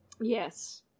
Yes